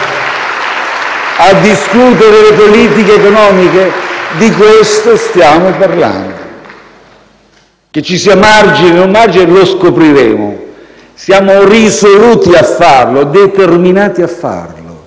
a discutere le politiche economiche? Di questo stiamo parlando. Se ci sia margine o meno lo scopriremo; siamo risoluti, determinati a farlo.